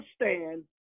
understand